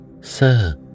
Sir